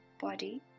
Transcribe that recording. body